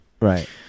Right